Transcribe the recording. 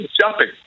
shopping